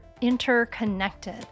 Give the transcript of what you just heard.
interconnected